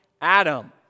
Adam